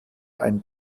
ein